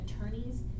attorneys